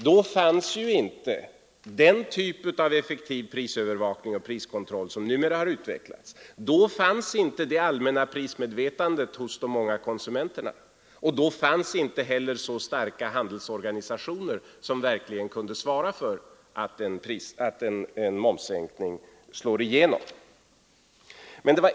Då fanns ju inte den typ av effektiv prisövervakning och priskontroll som numera har utvecklats, då fanns inte det allmänna prismedvetandet hos de många konsumenterna och då fanns inte heller så starka handelsorganisationer, som verkligen kunde svara för att en omssänkning slog igenom.